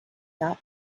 not